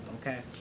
Okay